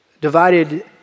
divided